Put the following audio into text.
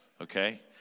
okay